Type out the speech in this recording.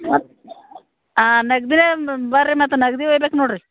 ಮತ್ತೆ ನಗದೆ ಬರ್ರಿ ಮತ್ತೆ ನಗದು ಒಯ್ಬೇಕು ನೋಡಿ ರಿ